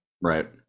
Right